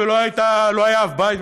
ולא היה אב בית,